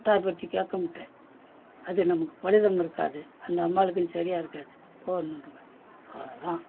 கட்டாயப்படுத்தி கேட்கமாட்டேன் அது நமக்கு பலிதம் இருக்காது அந்த அம்பாளுக்கும் சரியாக இருக்காது போனிருவேன் அவ்வளோதான்